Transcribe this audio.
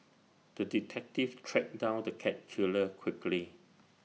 the detective tracked down the cat killer quickly